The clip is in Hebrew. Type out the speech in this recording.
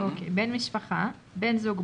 ""בן משפחה" בן זוג,